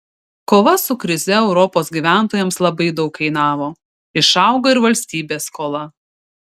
kova su krize europos gyventojams labai daug kainavo išaugo ir valstybės skola